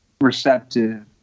receptive